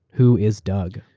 who is doug?